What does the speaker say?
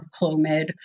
Clomid